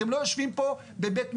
אתם לא יושבים פה בבית משפט,